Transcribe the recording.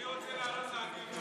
אני רוצה לעלות להגיב.